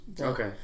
Okay